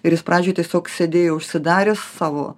ir jis pradžioj tiesiog sėdėjo užsidaręs savo